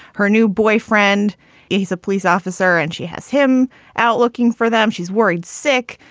her new boyfriend is a police officer and she has him out looking for them. she's worried sick.